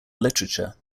literature